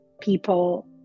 people